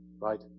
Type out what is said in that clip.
right